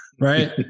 Right